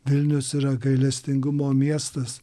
vilnius yra gailestingumo miestas